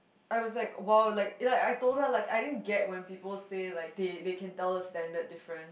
I was like !wow! like like I told her like I didn't get when people say like they they can tell the standard different